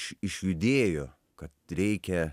iš išjudėjo kad reikia